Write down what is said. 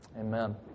Amen